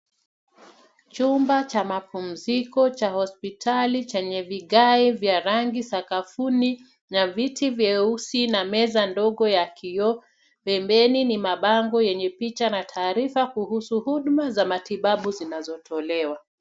Chumba cha mapumziko cha hospitali chenye vigae vya rangi sakafuni na viti vyeusi na meza ndogo ya kioo. Pembeni ni mabango yenye picha na taarifa kuhusu huduma za matibabu zinazotolewa.